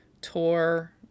tour